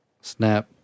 Snap